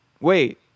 Wait